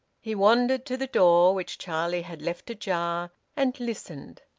he wandered to the door, which charlie had left ajar, and listened.